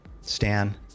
Stan